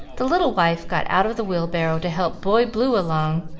the little wife got out of the wheelbarrow to help boy blue along,